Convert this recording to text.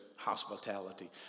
hospitality